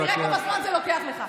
תראה כמה זמן זה לוקח לך.